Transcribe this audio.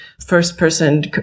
first-person